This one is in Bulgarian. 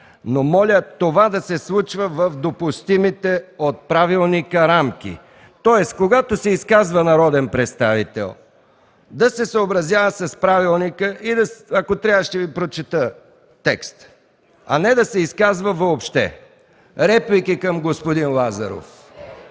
но моля това да се случва в допустимите от правилника рамки. Тоест когато се изказва народен представител, да се съобразява с правилника – ако трябва, ще Ви прочета текста, а не да се изказва въобще. Реплики към господин Лазаров?